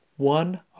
one